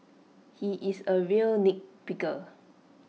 he is A real nitpicker